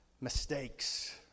mistakes